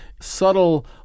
subtle